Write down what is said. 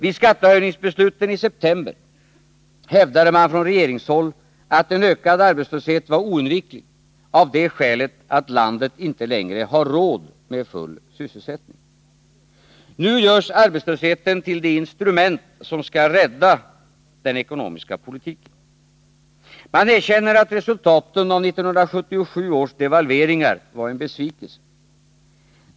Vid skattehöjningsbesluten i september hävdade man från regeringshåll att en ökad arbetslöshet var oundviklig av det skälet att landet inte längre har råd med full sysselsättning. Nu görs arbetslösheten till det instrument som skall rädda den ekonomiska politiken. Man erkänner att resultaten av 1977 års devalveringar var en besvikelse.